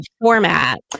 format